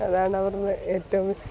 അതാണവരുടെ ഏറ്റവും